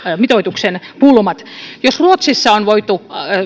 mitoituksen pulmat jos ruotsissa on voitu